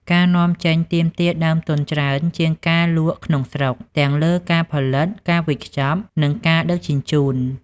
ការនាំចេញទាមទារដើមទុនច្រើនជាងការលក់ក្នុងស្រុក ទាំងលើការផលិត ការវេចខ្ចប់ និងការដឹកជញ្ជូន។